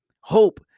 Hope